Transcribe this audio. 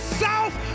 south